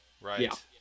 right